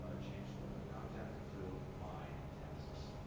ah change the content to my tasks.